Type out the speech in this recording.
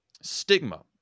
stigma